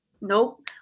nope